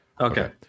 Okay